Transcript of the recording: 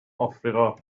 افریقا